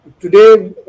today